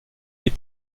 des